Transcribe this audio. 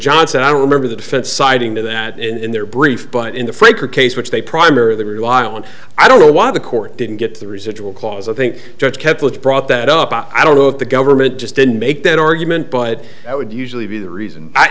johnson i don't remember the defense citing that in their brief but in the franker case which they primarily rely on i don't know why the court didn't get the residual clause i think judge kepler's brought that up i don't know if the government just didn't make that argument but that would usually be the reason i